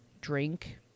drink